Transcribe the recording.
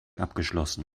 abgeschlossen